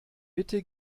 bitte